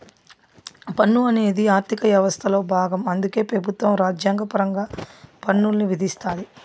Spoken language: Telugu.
పన్ను అనేది ఆర్థిక యవస్థలో బాగం అందుకే పెబుత్వం రాజ్యాంగపరంగా పన్నుల్ని విధిస్తాది